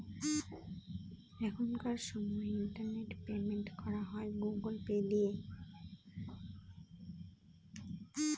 এখনকার সময় internet payment করা হয় গুগুল পে দিয়ে